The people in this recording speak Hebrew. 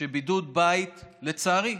שבידוד בית, לצערי,